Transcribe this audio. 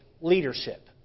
leadership